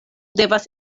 devas